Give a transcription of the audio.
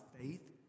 faith